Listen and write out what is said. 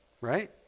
right